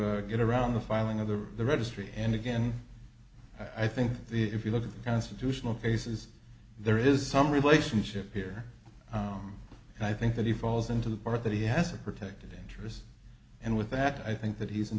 to get around the filing of the the registry and again i think if you look at the constitutional cases there is some relationship here and i think that he falls into the part that he has a protected interest and with that i think that he's